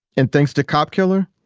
and thanks to cop killer,